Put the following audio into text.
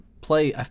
play